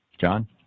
John